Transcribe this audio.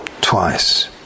twice